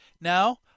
now